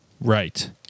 Right